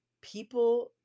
People